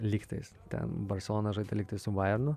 lygtais ten barselona žaidė lygtais baironu